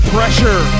Pressure